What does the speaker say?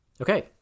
Okay